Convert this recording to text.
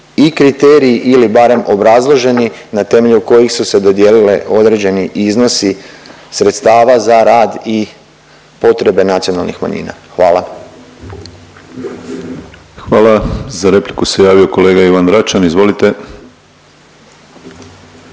i kriteriji ili barem obrazloženi na temelju kojih su se dodijelile određeni iznosi sredstava za rad i potrebe nacionalnih manjina. Hvala. **Penava, Ivan (DP)** Hvala. Za repliku se javio kolega Ivan Račan, izvolite.